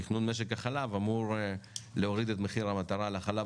בעניין תכנון משק החלב אמורה להוריד את מחיר המטרה לחלב